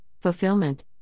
fulfillment